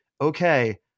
okay